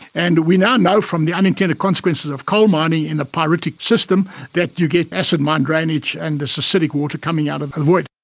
and we now know from the unintended consequences of coalmining in a pyritic system, that you get acid mine drainage and this acidic water coming out of the void.